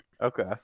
Okay